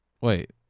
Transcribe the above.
Wait